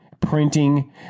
printing